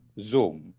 Zoom